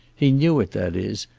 he knew it, that is,